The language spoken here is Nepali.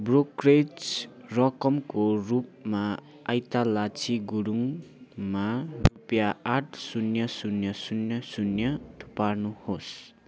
ब्रोकरेज रकमको रूपमा ऐतलक्षी गुरुङमा रुपियाँ आठ शून्य शून्य शून्य शून्य थुपार्नुहोस्